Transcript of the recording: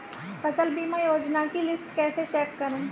फसल बीमा योजना की लिस्ट कैसे चेक करें?